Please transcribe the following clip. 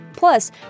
Plus